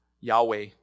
Yahweh